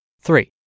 Three